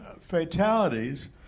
fatalities